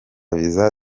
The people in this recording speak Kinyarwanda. visa